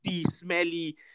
smelly